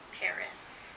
Paris